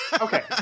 okay